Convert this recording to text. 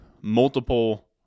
multiple